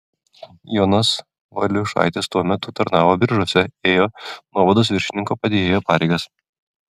jonas valiušaitis tuo metu tarnavo biržuose ėjo nuovados viršininko padėjėjo pareigas